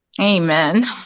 Amen